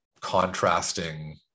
contrasting